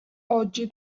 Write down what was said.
oggi